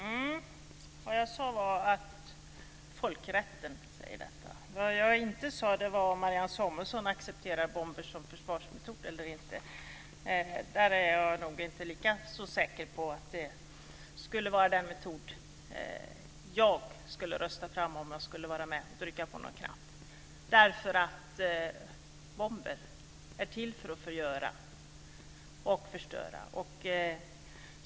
Fru talman! Vad jag sade var att folkrätten säger detta. Vad jag inte sade var om ifall Marianne Samuelsson accepterar bomber som försvarsmetod eller inte. Jag är nog inte lika säker på att det skulle vara den metod jag skulle rösta fram om jag skulle vara med och trycka på någon knapp. Bomber är nämligen till för att förgöra och förstöra.